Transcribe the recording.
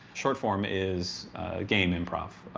short form is game improv,